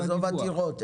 עזוב עתירות.